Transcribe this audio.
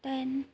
दाइन